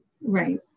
right